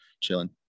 chilling